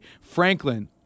Franklin